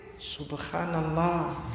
Subhanallah